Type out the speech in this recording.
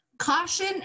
Caution